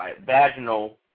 vaginal